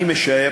אני משער,